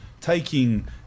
taking